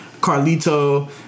Carlito